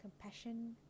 compassion